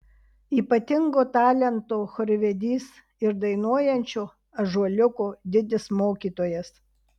ypatingo talento chorvedys ir dainuojančio ąžuoliuko didis mokytojas